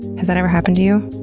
has that ever happened to you?